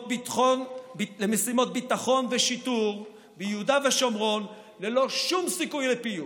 ביטחון ושיטור ביהודה ושומרון ללא שום סיכוי לפיוס,